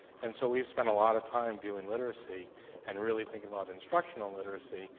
and so we've spent a lot of time doing literacy and really thinking about instructional literacy,